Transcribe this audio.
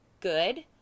good